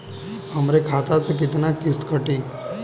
हमरे खाता से कितना किस्त कटी?